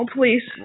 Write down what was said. Please